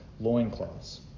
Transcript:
loincloths